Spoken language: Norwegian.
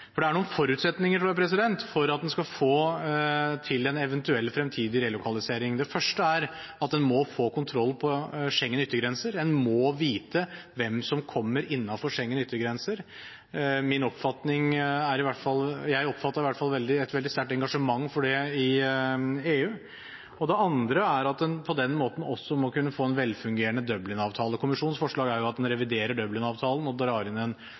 Det er noen forutsetninger for at en skal få til en eventuell fremtidig relokalisering. Det første er at en må få kontroll over Schengens yttergrenser – en må vite hvem som kommer innenfor Schengens yttergrenser. Jeg oppfattet et veldig sterkt engasjement for det i EU. Det andre er at en på den måten også må kunne få en velfungerende Dublin-avtale. Kommisjonens forslag er at en reviderer Dublin-avtalen og drar inn en